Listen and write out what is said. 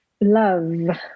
love